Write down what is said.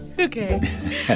Okay